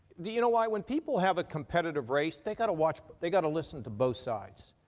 do you know why? when people have a competitive race they've got to watch, they've got to listen to both sides.